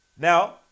Now